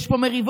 יש פה מריבות,